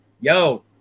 Yo